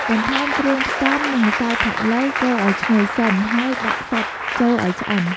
បន្ថែមគ្រឿងផ្សំ និងម្សៅផាត់ឡូវ កូរឲ្យឈ្ងុយសិន ហើយដាក់សាច់ចូលឲ្យឆ្អិន។